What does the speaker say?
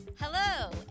Hello